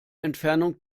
entfernung